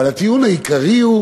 אבל הטיעון העיקרי הוא